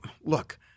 look